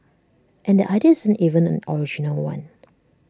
and the idea isn't even an original one